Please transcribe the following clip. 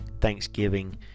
Thanksgiving